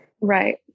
Right